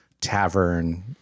tavern